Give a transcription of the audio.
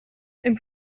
and